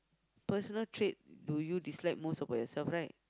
personal trait do you dislike most about yourself right